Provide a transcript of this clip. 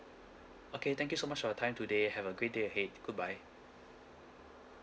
okay thank you so much for your time today have a great day ahead goodbye